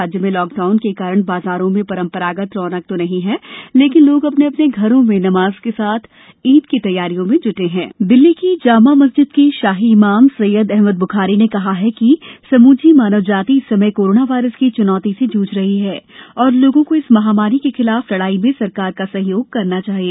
राज्य में lockdown के कारण बाज़ारों में परंपरागत रौनक तो नहीं है लेकिन लोग अपने अपने घरों में नमाज़ के साथ साथ ईद की तैयारियों में भी ज्टे हैं दिल्ली की जामा मस्जिद के शाही इमाम सैय्यद अहमद ब्खारी ने कहा है कि समूची मानव जाति इस समय कोरोना वायरस की च्नौती से जूझ रही है और लोगों को इस महामारी के खिलाफ लड़ाई में सरकार का सहयोग करना चाहिए